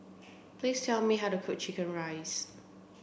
please tell me how to cook chicken rice